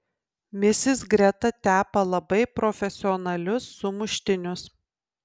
misis greta tepa labai profesionalius sumuštinius